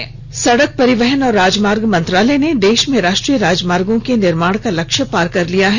सड़क निर्माण सडक परिवहन और राजमार्ग मंत्रालय ने देश में राष्ट्रीय राजमार्गों के निर्माण का लक्ष्य पार कर लिया है